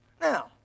Now